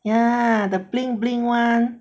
ya the bling bling [one]